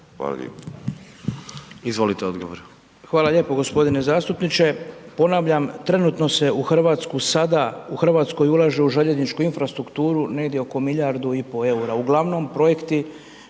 **Butković, Oleg (HDZ)** Hvala lijepo g. zastupniče. Ponavljam, trenutno se u Hrvatsku sada, u Hrvatskoj ulaže u željezničku infrastrukturu negdje oko milijardu i pol eura. Uglavnom projekti